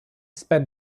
spend